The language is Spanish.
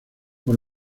por